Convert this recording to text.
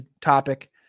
topic